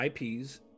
IPs